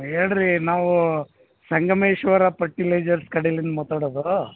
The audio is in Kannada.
ಹೇಳ್ರೀ ನಾವು ಸಂಗಮೇಶ್ವರ ಪರ್ಟಿಲೈಸರ್ ಕಡೆಲಿಂದ ಮಾತಾಡೋದು